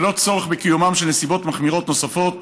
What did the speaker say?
ללא צורך בקיומן של נסיבות מחמירות נוספות